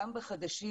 גם בחדשים.